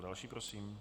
Další prosím.